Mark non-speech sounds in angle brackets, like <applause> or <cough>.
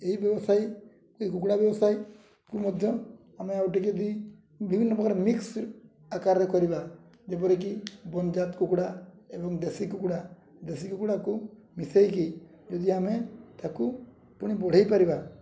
ଏହି ବ୍ୟବସାୟୀ ଏ କୁକୁଡ଼ା ବ୍ୟବସାୟୀକୁ ମଧ୍ୟ ଆମେ ଆଉ ଟିକେ ଯଦି ବିଭିନ୍ନ ପ୍ରକାର ମିକ୍ସ ଆକାରରେ କରିବା ଯେପରିକି <unintelligible> କୁକୁଡ଼ା ଏବଂ ଦେଶୀ କୁକୁଡ଼ା ଦେଶୀ କୁକୁଡ଼ାକୁ ମିଶେଇକି ଯଦି ଆମେ ତା'କୁ ପୁଣି ବଢ଼େଇ ପାରିବା